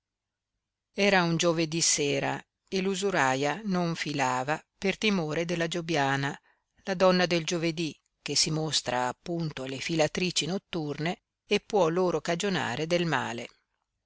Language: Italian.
era un giovedí sera e l'usuraia non filava per timore della giobiana la donna del giovedí che si mostra appunto alle filatrici notturne e può loro cagionare del male